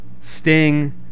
Sting